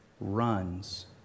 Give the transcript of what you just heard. runs